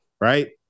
Right